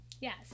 Yes